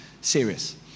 serious